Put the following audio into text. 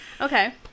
Okay